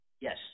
Yes